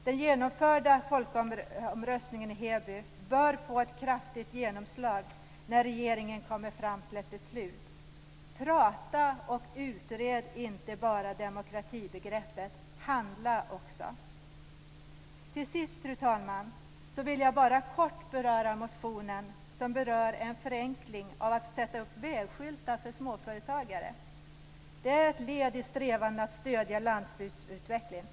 Den genomförda folkomröstningen i Heby bör få ett kraftigt genomslag när regeringen kommer fram till ett beslut. Det är inte bara fråga om att prata och utreda demokratibegreppet, utan det är också fråga om att handla! Fru talman! Jag vill kort beröra motionen som rör en förenkling av att sätta upp vägskyltar för småföretagare. Det är ett led i strävan att stödja landsbygdsutvecklingen.